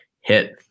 hit